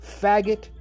faggot